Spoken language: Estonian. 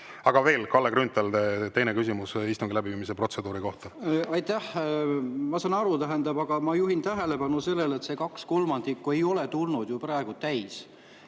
Aga veel, Kalle Grünthal, teine küsimus istungi läbiviimise protseduuri kohta. Aitäh! Ma saan aru. Aga ma juhin tähelepanu sellele, et see kaks kolmandikku ei ole tulnud ju praegu täis.